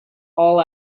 all